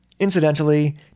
Incidentally